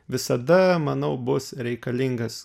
visada manau bus reikalingas